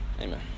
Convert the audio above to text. Amen